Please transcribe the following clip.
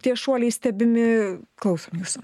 tie šuoliai stebimi klausom jūsų